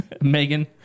Megan